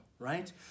Right